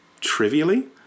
trivially